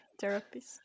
therapist